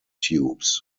tubes